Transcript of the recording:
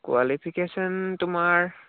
qualification তোমাৰ